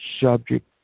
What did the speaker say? subject